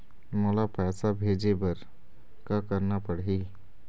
मोला पैसा भेजे बर का करना पड़ही?